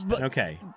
Okay